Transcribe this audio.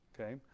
okay